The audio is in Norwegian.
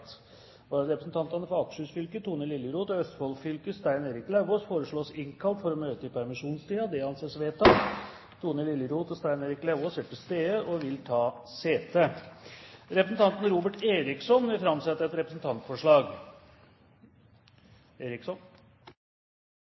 straks og innvilges. Vararepresentantene, for Akershus fylke Tone Liljeroth og for Østfold fylke Stein Erik Lauvås, innkalles for å møte i permisjonstiden. Tone Liljeroth og Stein Erik Lauvås er til stede og vil ta sete. Representanten Robert Eriksson vil framsette et representantforslag.